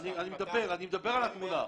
אני מדבר, אני מדבר על התמונה.